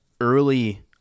early